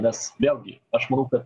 nes vėlgi aš manau kad